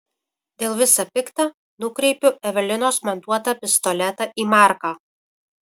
dėl visa pikta nukreipiu evelinos man duotą pistoletą į marką